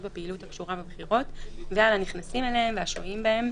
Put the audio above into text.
בו פעילות הקשורה בבחירות ועל הנכנסים אליהם והשוהים בהם,